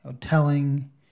telling